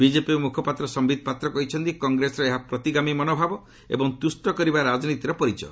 BJP ମୁଖପାତ୍ର ସମ୍ଭିତ ପାତ୍ର କହିଛନ୍ତି କଗେସର ଏହା ପ୍ରତିଗାମୀ ମନୋଭାବ ଏବଂ ତୃଷ୍ଟ କରିବା ରାଜନୀତିର ପରିଚୟ